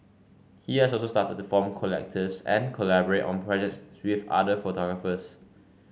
he has also started to form collectives and collaborate on projects with other photographers